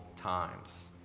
times